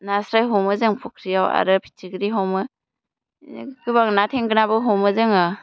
नास्राइ हमो जों फ'ख्रियाव आरो फिथिख्रि हमो गोबां ना थेंगोनाबो हमो जोङो